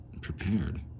prepared